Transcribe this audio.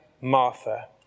Martha